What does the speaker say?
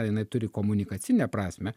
jinai turi komunikacinę prasmę